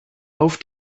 auf